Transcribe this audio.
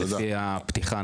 לפי הפתיחה,